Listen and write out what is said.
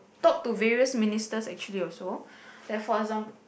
talk to various ministers actually so therefore exam~